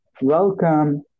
welcome